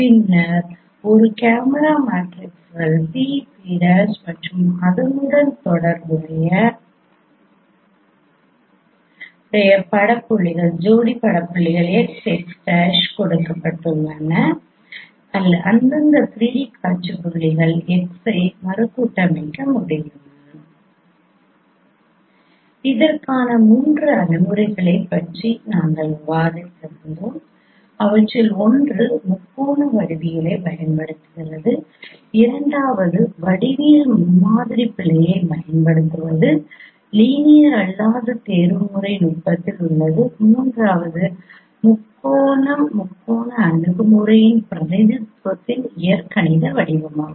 பின்னர் ஒரு கேமரா மேட்ரிக்ஸ்கள் P P' மற்றும் அதனுடன் தொடர்புடைய ஜோடி பட புள்ளிகள் x x' கொடுக்கப்பட்டால் அந்தந்த 3D காட்சி புள்ளி X ஐ மறுகட்டமைக்க முடியும் இதற்கான 3 அணுகுமுறைகளைப் பற்றி நாங்கள் விவாதித்தோம் அவற்றில் ஒன்று முக்கோண வடிவியலைப் பயன்படுத்துகிறது இரண்டாவது வடிவியல் முன்மாதிரி பிழையைப் பயன்படுத்துவது லீனியர் அல்லாத தேர்வுமுறை நுட்பத்தில் உள்ளது மூன்றாவது முக்கோணம் முக்கோண அணுகுமுறையின் பிரதிநிதித்துவத்தின் இயற்கணித வடிவமாகும்